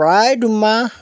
প্ৰায় দুমাহ